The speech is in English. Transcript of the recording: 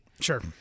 Sure